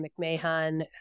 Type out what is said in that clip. McMahon